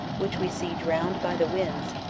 which we see drowned by the winds,